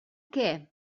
què